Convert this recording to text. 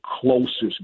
closest